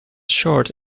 short